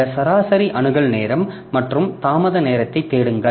இந்த சராசரி அணுகல் நேரம் மற்றும் தாமத நேரத்தைத் தேடுங்கள்